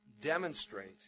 demonstrate